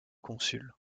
consul